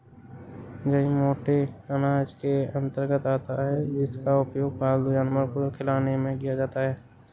जई मोटे अनाज के अंतर्गत आता है जिसका उपयोग पालतू जानवर को खिलाने में किया जाता है